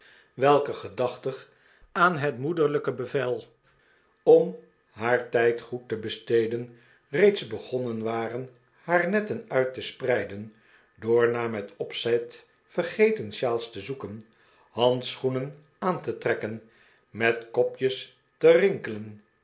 welke gedachtig aan het moederlijke bevel om haar tijd goed te besteden reeds begonnen waren haar netten uit te spreiden door naar met opzet vergeten sjaals te zoeken handschoenen aan te trekken met kopjes te rinkelen